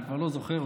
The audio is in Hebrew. אני כבר לא זוכר,